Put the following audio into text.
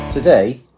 Today